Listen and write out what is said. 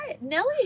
Nelly